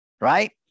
right